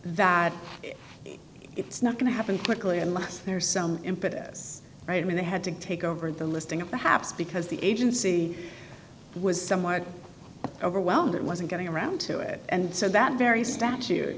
that it's not going to happen quickly unless there's some impetus right i mean they had to take over the listing of perhaps because the agency was somewhat overwhelmed and wasn't getting around to it and so that very statute